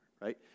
right